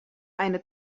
eine